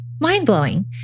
mind-blowing